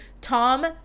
Tom